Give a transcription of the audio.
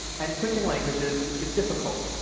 and switching languages is difficult,